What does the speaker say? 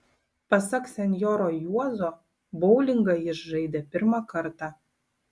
pasak senjoro juozo boulingą jis žaidė pirmą kartą